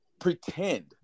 pretend